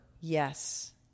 Yes